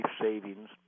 savings